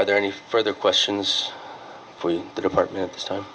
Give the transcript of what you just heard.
are there any further questions for the department this time